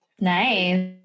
Nice